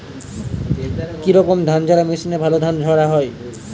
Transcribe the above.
কি রকম ধানঝাড়া মেশিনে ভালো ধান ঝাড়া হয়?